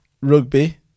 Rugby